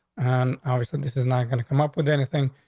and obviously, this is not going to come up with anything.